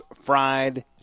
Fried